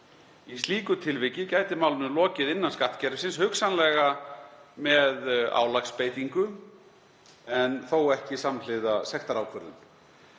Í slíku tilviki gæti málinu lokið innan skattkerfisins, hugsanlega með möguleika á álagsbeitingu en þó ekki samhliða sektarákvörðun.